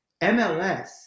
MLS